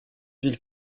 ville